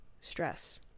stress